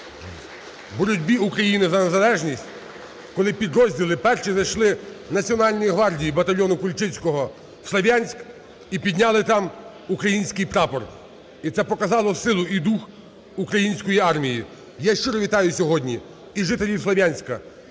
в боротьбі України за незалежність. Коли підрозділи перші зайшли Національної гвардії, батальйонуКульчицького, в Слов'янськ і підняли там український прапор. І це показало силу і дух української армії. Я щиро вітаю сьогодні і жителів Слов'янська,